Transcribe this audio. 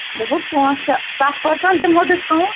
دوٚپمو چھِ کَہہ پٕرسنٛٹ دِمو ڈِسکاوُنٛٹ